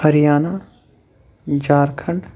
Haryana Jharkhand